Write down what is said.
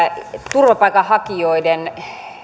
turvapaikanhakijoiden